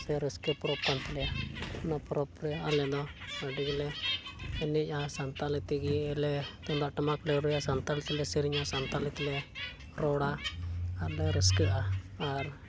ᱥᱮ ᱨᱟᱹᱥᱠᱟᱹ ᱯᱚᱨᱚᱵᱽ ᱠᱟᱱ ᱛᱟᱞᱮᱭᱟ ᱚᱱᱟ ᱯᱚᱨᱚᱵᱽ ᱨᱮ ᱟᱞᱮ ᱫᱚ ᱟᱹᱰᱤ ᱜᱮᱞᱮ ᱮᱱᱮᱡᱼᱟ ᱥᱟᱱᱛᱟᱲᱤ ᱛᱮᱜᱮ ᱞᱮ ᱛᱩᱢᱫᱟᱹᱜ ᱴᱟᱢᱟᱠ ᱞᱮ ᱨᱩᱭᱟ ᱥᱟᱱᱛᱟᱲᱤ ᱛᱮᱞᱮ ᱥᱮᱨᱮᱧᱟ ᱥᱟᱱᱛᱟᱲᱤᱛᱮᱞᱮ ᱨᱚᱲᱟ ᱟᱨ ᱞᱮ ᱨᱟᱹᱥᱠᱟᱹᱜᱼᱟ ᱟᱨ